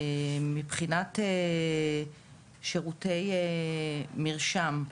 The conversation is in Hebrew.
מבחינת שירותי מרשם.